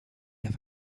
have